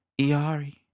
Iari